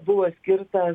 buvo skirtas